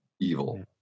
evil